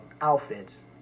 outfits